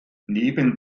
neben